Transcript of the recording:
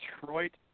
Detroit